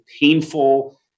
Painful